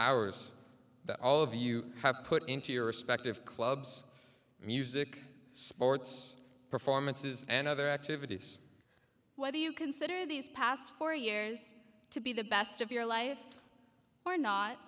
hours that all of you have put into your respective clubs music sports performances and other activities whether you consider these past four years to be the best of your life or not